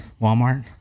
Walmart